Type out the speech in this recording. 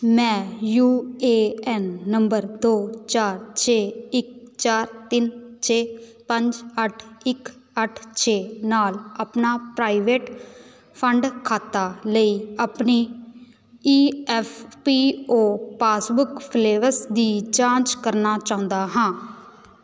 ਮੈਂ U A N number ਦੋ ਚਾਰ ਛੇ ਇੱਕ ਚਾਰ ਤਿੰਨ ਛੇ ਪੰਜ ਅੱਠ ਇੱਕ ਅੱਠ ਛੇ ਨਾਲ ਆਪਣਾ ਪ੍ਰਾਈਵੇਟ ਫੰਡ ਖਾਤਾ ਲਈ ਆਪਣੀ E F P O passbook ਫਲੇਬਸ ਦੀ ਜਾਂਚ ਕਰਨਾ ਚਾਹੁੰਦਾ ਹਾਂ